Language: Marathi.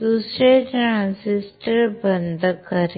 दुसरे ट्रान्झिस्टर बंद करेल